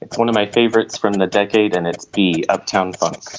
one of my favorites from and the decade and it's the uptown funk